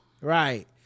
Right